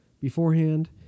beforehand